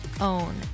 own